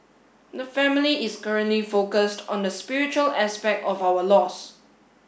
the family is currently focused on the spiritual aspect of our loss